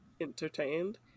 entertained